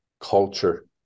culture